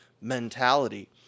mentality